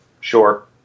Sure